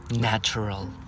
natural